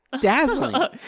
dazzling